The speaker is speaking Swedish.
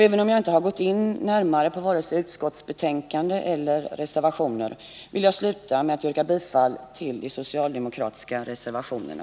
Även om jag inte närmare har gått in på vare sig utskottets skrivning eller reservationerna vill jag sluta med att yrka bifall till de socialdemokratiska reservationerna.